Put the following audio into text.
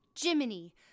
Jiminy